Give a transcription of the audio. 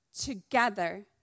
together